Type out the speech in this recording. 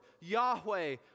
Yahweh